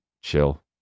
chill